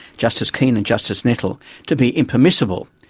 justice keane and justice nettle to be impermissible.